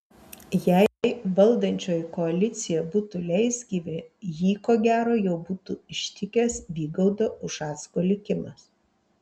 jei valdančioji koalicija būtų leisgyvė jį ko gero jau būtų ištikęs vygaudo ušacko likimas